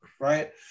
Right